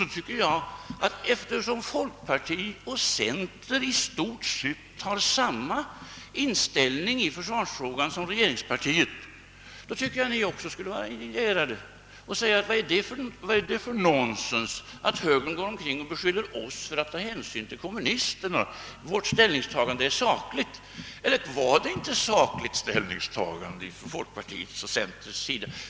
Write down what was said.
Då tycker jag att, eftersom folkpartiet och centern i stort sett har samma inställning i försvarsfrågorna som regeringspartiet, de också borde vara indignerade och säga: Vad är det för nonsens att högern går omkring och beskyller oss för att ta hänsyn till kommunisterna? Vårt ställningstagande är sakligt. Eller var det inte ett sakligt ställningstagande från folkpartiets och centerns sida?